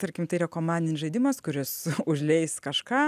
tarkim tai yra komandinis žaidimas kuris užleis kažką